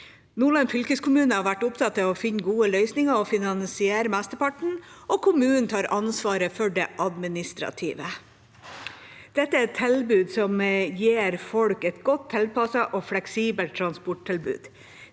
Nordland fylkeskommune har vært opptatt av å finne gode løsninger og finansierer mesteparten, og kommunen tar ansvaret for det administrative. Dette er et tilbud som gir folk et godt tilpasset og fleksibelt transporttilbud.